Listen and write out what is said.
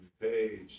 page